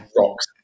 rocks